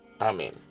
Amen